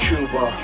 Cuba